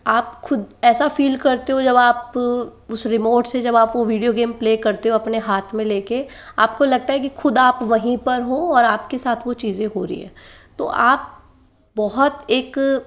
आप खुद ऐसा फ़ील करते हो जब आपको उस रिमोट से जब आप वो वीडियो गेम प्ले करते हो अपने हाथ में लेकर आपको लगता है कि खुद आप वहीं पर हो और आपके साथ वो चीज़ें हो रही है तो आप बहुत एक